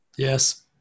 Yes